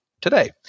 Today